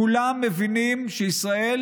כולם מבינים שישראל,